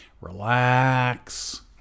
relax